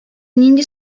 нинди